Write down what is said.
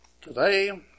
today